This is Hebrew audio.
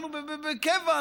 אנחנו בקבע.